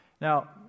Now